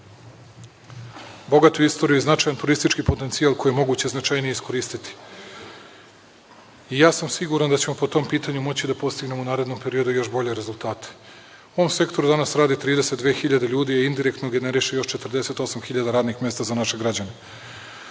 bogatu istoriju, značajan turistički potencijal koji je moguće značajnije iskoristiti. Siguran sam da ćemo po tom pitanju moći da postignemo u narednom periodu još bolje rezultate.U ovom sektoru danas radi 32.000 ljudi i indirektno generiše još 48.000 radnih mesta za naše građane. Mnogo